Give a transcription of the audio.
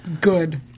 good